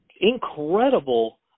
incredible